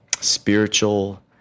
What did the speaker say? spiritual